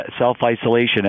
self-isolation